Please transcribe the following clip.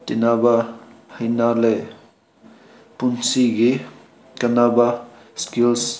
ꯇꯤꯟꯅꯕ ꯍꯩꯅꯔꯦ ꯄꯨꯟꯁꯤꯒꯤ ꯀꯥꯟꯅꯕ ꯏꯁꯀꯤꯜꯁ